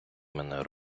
мене